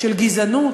של גזענות?